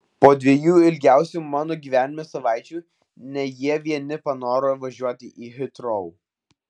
po dviejų ilgiausių mano gyvenime savaičių ne jie vieni panoro važiuoti į hitrou